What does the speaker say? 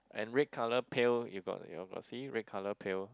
and red colour pail you got your got see red colour pail